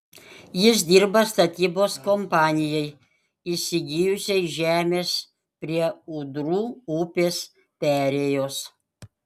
jis dirba statybos kompanijai įsigijusiai žemės prie ūdrų upės perėjos